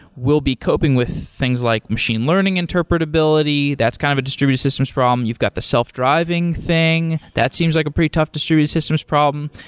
we'll be coping with things like machine learning interpretability. that's kind of a distributed systems problem. you've got the self-driving thing. that seems like a pretty tough distributed systems problem.